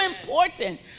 important